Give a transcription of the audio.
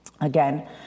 Again